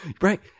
Right